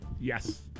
Yes